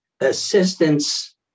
assistance